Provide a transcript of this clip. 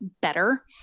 better